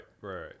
right